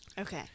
Okay